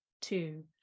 two